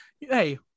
Hey